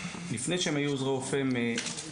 לפני שהם היו עוזרי רופא הם פרמדיקים,